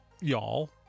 y'all